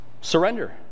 surrender